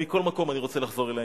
מכל מקום, אני רוצה לחזור לעניין.